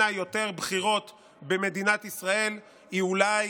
יותר בחירות במדינת ישראל היא אולי,